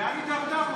לאן הידרדרנו,